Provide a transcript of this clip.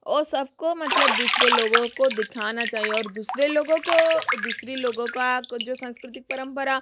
वो सब को मतलब दूसरे लोगों को दिखाना चाहिए ओर दूसरे लोगों को दूसरी लोगों का जो सांस्कृतिक परंपरा